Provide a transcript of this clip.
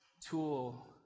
tool